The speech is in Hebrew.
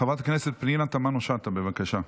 חברת הכנסת פנינה תמנו שטה, בבקשה.